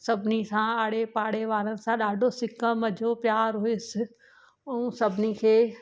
सभिनी सां आड़े पाड़े वारनि सां ॾाढो सिक मज़ो प्यारु हुयसि ऐं सभिनी खे